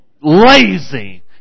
lazy